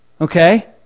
Okay